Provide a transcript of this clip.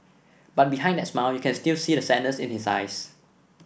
but behind that smile you can still see the sadness in his eyes